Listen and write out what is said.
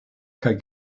kaj